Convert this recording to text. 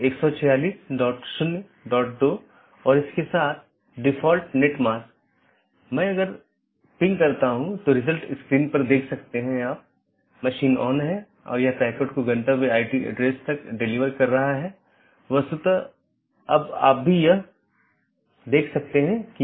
तो एक है optional transitive वैकल्पिक सकर्मक जिसका मतलब है यह वैकल्पिक है लेकिन यह पहचान नहीं सकता है लेकिन यह संचारित कर सकता है